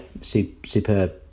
superb